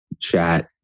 chat